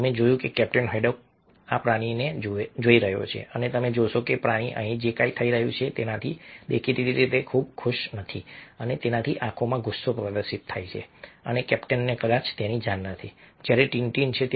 તમે જોયું કે કેપ્ટન હેડોક આ પ્રાણીને જોઈ રહ્યો છે અને તમે જોશો કે પ્રાણી અહીં જે કંઈ થઈ રહ્યું છે તેનાથી દેખીતી રીતે ખૂબ ખુશ નથી અને તેની આંખોમાં ગુસ્સો પ્રદર્શિત થાય છે અને કેપ્ટનને કદાચ તેની જાણ નથી જ્યારે ટીન ટીન છે